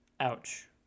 Ouch